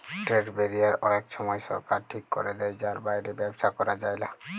trade barrier অলেক সময় সরকার ঠিক ক্যরে দেয় যার বাইরে ব্যবসা ক্যরা যায়লা